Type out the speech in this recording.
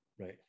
Right